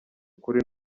ukuri